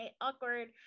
awkward